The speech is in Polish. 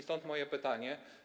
Stąd moje pytanie.